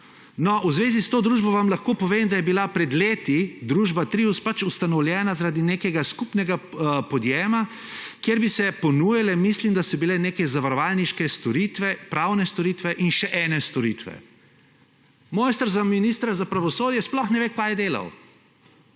no, v zvezi s to družbo vam lahko povem, da je bila pred leti družba Trius pač ustanovljena zaradi nekega skupnega podjema, kjer bi se ponujale, mislim, da so bile neke zavarovalniške storitve, pravne storitve in še ene storitve.« Mojster za ministra za pravosodje sploh ne ve, kaj je delal,